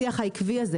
השיח העקבי הזה,